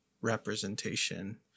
representation